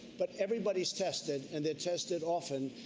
but everybody is tested and they're tested often.